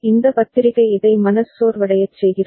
இந்த பத்திரிகை இதை மனச்சோர்வடையச் செய்கிறது